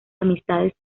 amistades